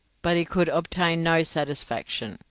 but he could obtain no satisfaction.